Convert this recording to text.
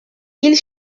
ils